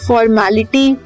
Formality